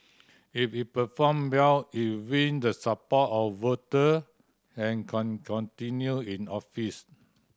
if it perform well it win the support of voter and can continue in office